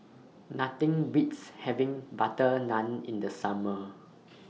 Nothing Beats having Butter Naan in The Summer